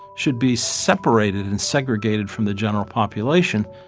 should be separated and segregated from the general population,